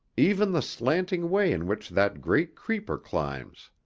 even the slanting way in which that great creeper climbs.